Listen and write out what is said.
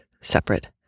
separate